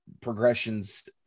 progressions –